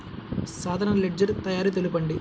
సాధారణ లెడ్జెర్ తయారి తెలుపండి?